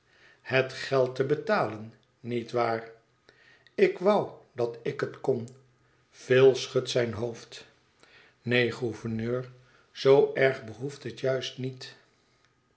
het geld te betalen niet waar ik wou dat ik het kon phil schudt zijn hoofd neen gouverneur zoo erg behoeft het juist niet